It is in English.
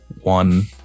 one